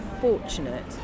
fortunate